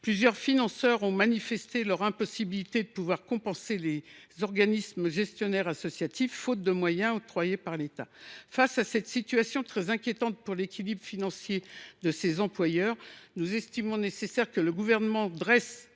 Plusieurs financeurs ont d’ailleurs manifesté leur incapacité à compenser les organismes gestionnaires associatifs, faute de moyens octroyés par l’État. Face à cette situation très inquiétante pour l’équilibre financier de ces employeurs, nous estimons nécessaire que le Gouvernement dresse